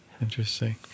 Interesting